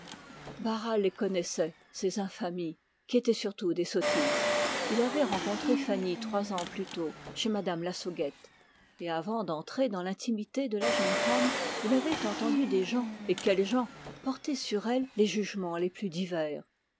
barral les connaissait ces infamies qui étaient surtout des sottises il avait rencontré fanny trois ans plus tôt chez mme lassauguette et avant d'entrer dans l'intimité de la jeune femme il avait entendu des gens et quelles gens porter sur elle les jugements les plus divers